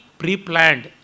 pre-planned